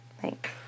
Thanks